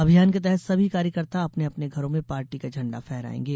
अभियान के तहत सभी कार्यकर्ता अपने अपने घरों में पार्टी का झण्डा फहरायेंगे